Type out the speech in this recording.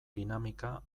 dinamika